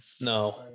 No